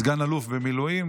סגן אלוף במילואים,